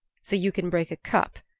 so you can break a cup,